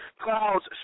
clouds